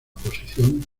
posición